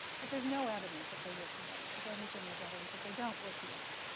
but there's no evidence that they work together. if anything, there's evidence that they don't work together.